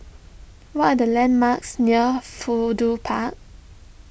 what are the landmarks near Fudu Park